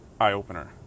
eye-opener